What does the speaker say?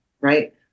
right